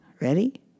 Ready